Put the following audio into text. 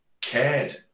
cared